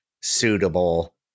suitable